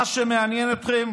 מה שמעניין אתכם,